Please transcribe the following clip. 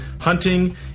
hunting